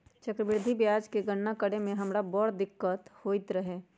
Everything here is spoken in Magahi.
चक्रवृद्धि ब्याज के गणना करे में हमरा बड़ दिक्कत होइत रहै